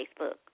Facebook